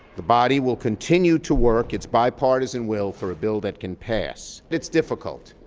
the body will continue to work its bipartisan will for bill that can pass. that's difficult.